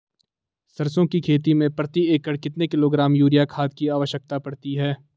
सरसों की खेती में प्रति एकड़ कितने किलोग्राम यूरिया खाद की आवश्यकता पड़ती है?